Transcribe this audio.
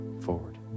forward